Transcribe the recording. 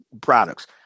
products